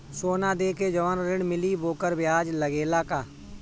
सोना देके जवन ऋण मिली वोकर ब्याज लगेला का?